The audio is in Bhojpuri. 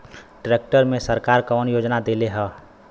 ट्रैक्टर मे सरकार कवन योजना देले हैं?